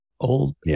Old